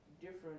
different